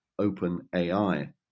OpenAI